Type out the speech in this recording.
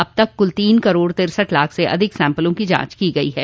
अब तक कुल तीन करोड़ तिरसठ लाख से अधिक सैम्पलों की जांच की गई है